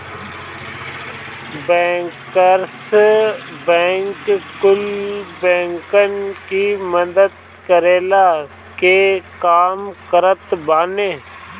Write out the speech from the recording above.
bankers bank कुल बैंकन की मदद करला के काम करत बाने